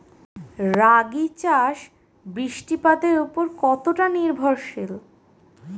রাগী চাষ বৃষ্টিপাতের ওপর কতটা নির্ভরশীল?